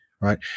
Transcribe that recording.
right